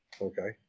okay